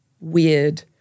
weird